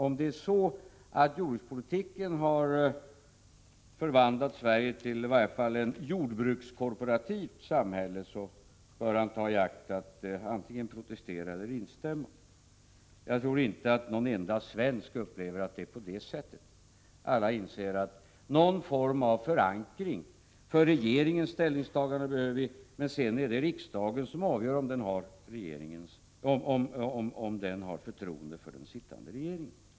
Om det är så, att i varje fall jordbrukspolitiken har förvandlat Sverige till ett jordbrukskorporativt samhälle, bör han antingen protestera eller instämma. Jag tror dock inte att någon svensk upplever att det förhåller sig på det sättet. Alla inser att det behövs någon form av förankring när det gäller regeringens ställningstaganden. Men sedan är det ju riksdagen som avgör om den har förtroende för den sittande regeringen.